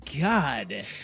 God